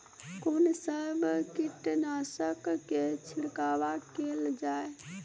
कून सब कीटनासक के छिड़काव केल जाय?